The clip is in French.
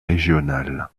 régional